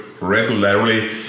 regularly